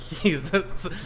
Jesus